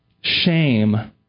shame